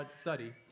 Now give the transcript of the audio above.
study